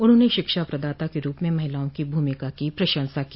उन्होंने शिक्षा प्रदाता के रूप में महिलाओं की भूमिका की प्रशंसा की